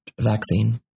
vaccine